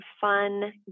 fun